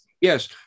yes